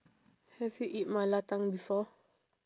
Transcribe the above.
have you eat mala tang before